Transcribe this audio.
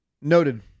Noted